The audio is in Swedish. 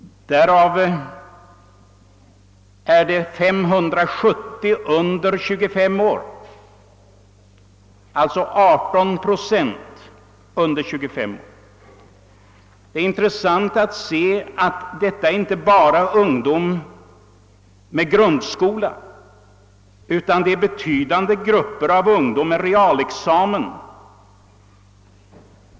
Därav är 570, alltså 18 procent, under 25 år. Det är intressant att se att det inte bara är ungdomar med grundskola, utan det är betydande grupper av ungdomar med realexamen.